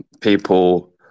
people